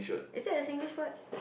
is that a Singlish word